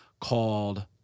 called